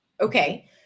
Okay